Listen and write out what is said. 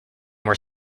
were